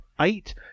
eight